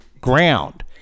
ground